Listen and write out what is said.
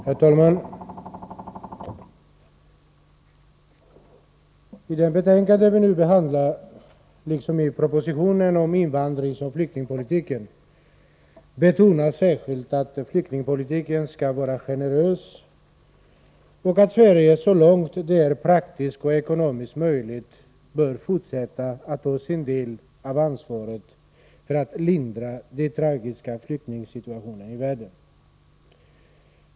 Herr talman! I det betänkande vi nu behandlar liksom i propositionen om invandringsoch flyktingpolitiken betonas särskilt att flyktingpolitiken skall vara generös och att Sverige så långt det är praktiskt och ekonomiskt möjligt bör fortsätta att ta sin del av ansvaret för att lindra den tragiska flyktingsituationen i världen.